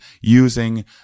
using